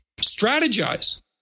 strategize